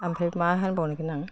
ओमफ्राय मा होनबावनो आं